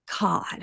God